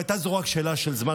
זו רק שאלה של זמן,